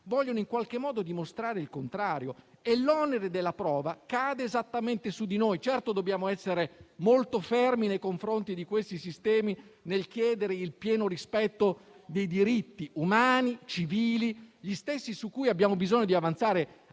vogliono in qualche modo dimostrare il contrario e l'onere della prova cade esattamente su di noi. Certo, dobbiamo essere molto fermi nei confronti di questi sistemi nel chiedere il pieno rispetto dei diritti umani e civili, gli stessi su cui abbiamo bisogno di avanzare